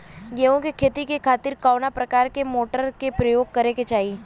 गेहूँ के खेती के खातिर कवना प्रकार के मोटर के प्रयोग करे के चाही?